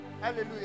hallelujah